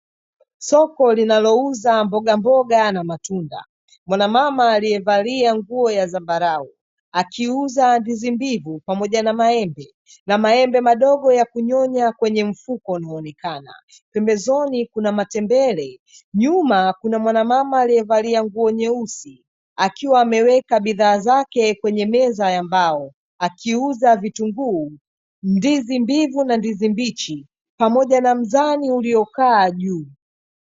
Soko linalouza mbogamboga na matunda. Mwanamama aliyevalia nguo ya zambarau akiuza ndizi mbivu pamoja na maembe na maembe madogo ya kunyonya kwenye mfuko unaoonekana, pembezoni kunamatembele. Nyuma kuna mwanamama aliyevalia nguo nyeusi, akiwa ameweka bidhaa zake kwenye meza ya mbao; akiuza vitunguu, ndizi mbivu na ndizi mbichi, pamoja na mzani uliokaa juu.